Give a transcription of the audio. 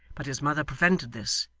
but his mother prevented this,